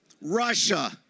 Russia